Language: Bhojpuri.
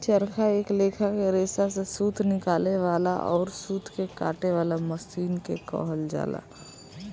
चरखा एक लेखा के रेसा से सूत निकाले वाला अउर सूत के काते वाला मशीन के कहल जाला